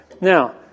Now